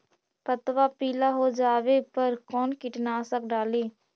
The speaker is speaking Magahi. पतबा पिला हो जाबे पर कौन कीटनाशक डाली?